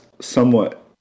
somewhat